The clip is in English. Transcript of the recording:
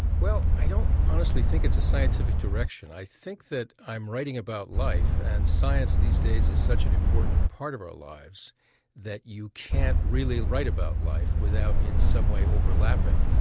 well, i don't honestly think it's a scientific direction. i think that i'm writing about life, and science these days is such an important part of our lives that you can't really write about life without in some way overlapping.